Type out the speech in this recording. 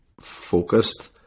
focused